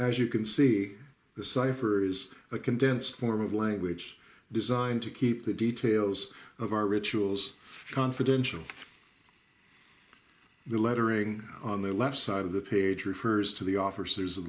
as you can see the cipher is a condensed form of language designed to keep the details of our rituals confidential the lettering on the left side of the page refers to the office